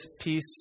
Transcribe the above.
peace